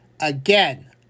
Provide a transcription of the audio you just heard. again